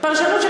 פרשנות של